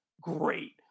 great